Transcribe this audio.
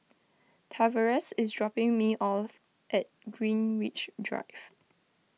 Tavares is dropping me off at Greenwich Drive